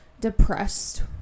depressed